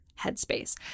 headspace